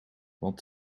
want